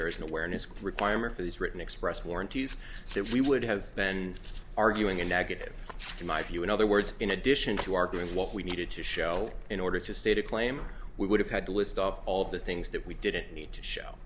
there is an awareness requirement that is written expressed warranties so we would have been arguing a negative in my view in other words in addition to arguing what we needed to show in order to state a claim or we would have had to list off all the things that we didn't need to show